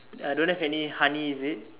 uh don't have any honey is it